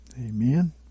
Amen